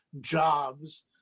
Jobs